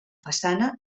façana